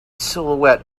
silhouette